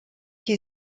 die